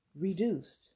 reduced